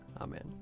Amen